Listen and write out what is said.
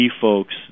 folks